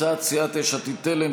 הצעת סיעת יש עתיד-תל"ם,